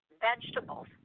vegetables